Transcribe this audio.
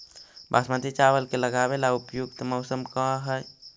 बासमती चावल के लगावे ला उपयुक्त मौसम का है?